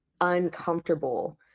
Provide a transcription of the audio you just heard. uncomfortable